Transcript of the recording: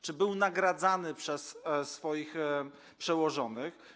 Czy był nagradzany przez swoich przełożonych?